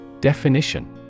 Definition